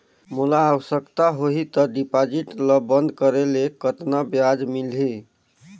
मोला आवश्यकता होही त डिपॉजिट ल बंद करे ले कतना ब्याज मिलही?